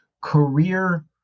career